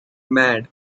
mad